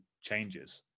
changes